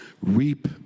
reap